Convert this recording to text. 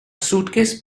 suitcase